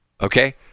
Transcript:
Okay